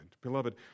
Beloved